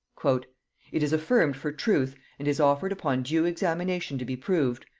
it is affirmed for truth, and is offered upon due examination to be proved,